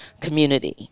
community